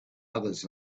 others